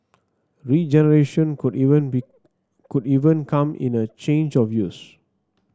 regeneration could even be could even come in a change of use